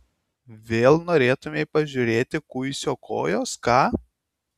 vėl norėtumei pažiūrėti kuisio kojos ką